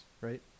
right